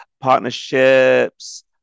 partnerships